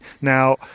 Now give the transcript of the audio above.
now